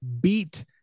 beat